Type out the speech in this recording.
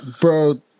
Bro